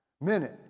Minute